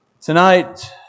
Tonight